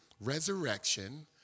resurrection